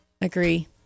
agree